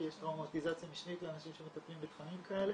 כי יש טראומטיזציה משנית לאנשים שמטפלים בתחומים כאלה,